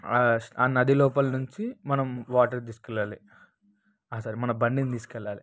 ఆ నది లోపల నుంచి మనం వాటర్ తీసుకెళ్ళాలి ఆ సారీ మన బండిని తీసుకెళ్ళాలి